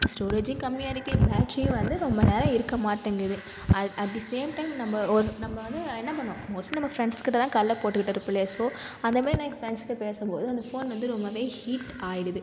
ஸ்டோரேஜும் கம்மியாக இருக்கு பேட்டரியும் வந்து ரொம்ப நேரம் இருக்க மாட்டேன்குது at at the same time நம்ப ஒரு நம்ப வந்து என்ன பண்ணுவோம் மோஸ்ட்லி நம்ப ஃப்ரெண்ட்ஸ் கிட்ட தான் கடலை போட்டு கிட்டு இருப்போம் இல்லையா ஸோ அந்தமாதிரி நான் என் ஃப்ரெண்ட்ஸ்ட்ட பேசும் போது அந்த ஃபோன் வந்து ரொம்பவே ஹீட் ஆகிடுது